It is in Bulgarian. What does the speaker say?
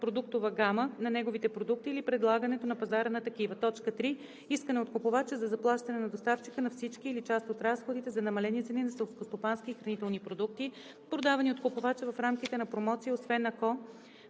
продуктовата гама на негови продукти или предлагането на пазара на такива; 3. искане от купувача за заплащане от доставчика на всички или част от разходите за намалени цени на селскостопански и хранителни продукти, продавани от купувача в рамките на промоция, освен ако